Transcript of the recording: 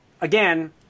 again